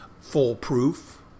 foolproof